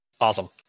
Awesome